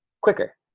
quicker